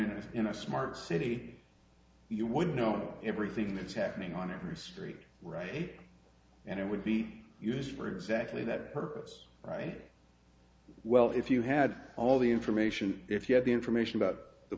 is in a smart city you would know everything that's happening on every street right way and it would be used for exactly that purpose right well if you had all the information if you had the information about the